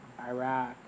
Iraq